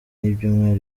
y’ibyumweru